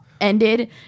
ended